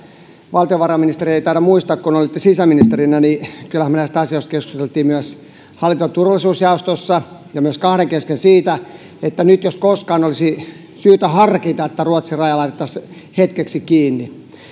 valtiovarainministeri ei taida muistaa että kun olitte sisäministerinä niin kyllähän me näistä asioista keskustelimme myös hallinto ja turvallisuusjaostossa ja kahden kesken siitä että nyt jos koskaan olisi syytä harkita että ruotsin raja laitettaisiin hetkeksi kiinni